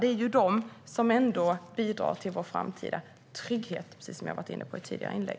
Det är ju ändå de som bidrar till vår framtida trygghet, vilket jag var inne på i ett tidigare inlägg.